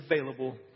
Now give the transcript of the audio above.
available